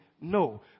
No